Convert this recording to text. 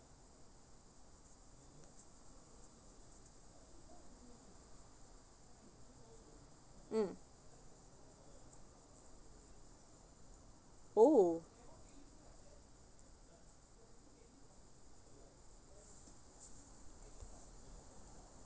mm oh